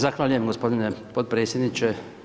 Zahvaljujem gospodine potpredsjedniče.